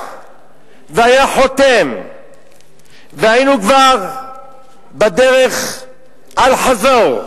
והיה חותם והיינו כבר בדרך אל-חזור.